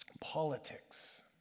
politics